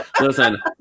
Listen